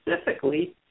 specifically